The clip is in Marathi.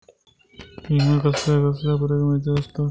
विमा कसल्या कसल्या प्रकारचो असता?